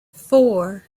four